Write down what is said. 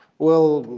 well,